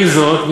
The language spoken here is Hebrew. עם זאת,